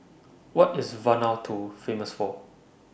What IS Vanuatu Famous For